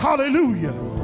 hallelujah